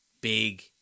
Big